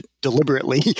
deliberately